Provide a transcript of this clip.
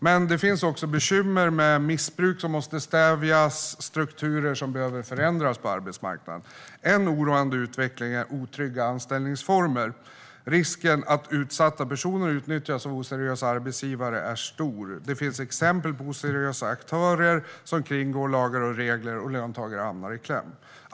Men det finns också bekymmer med missbruk som måste stävjas och strukturer som behöver förändras på arbetsmarknaden. En oroande utveckling är otrygga anställningsformer. Risken för att utsatta personer utnyttjas av oseriösa arbetsgivare är stor. Det finns exempel på oseriösa aktörer som kringgår lagar och regler, så att löntagare hamnar i kläm.